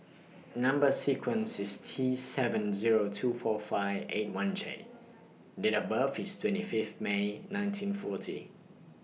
Number sequence IS T seven Zero two four five eight one J Date of birth IS twenty Fifth May nineteen forty